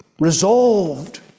resolved